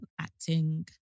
acting